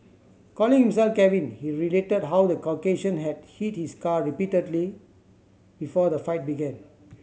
calling himself Kevin he related how the Caucasian had hit his car repeatedly before the fight began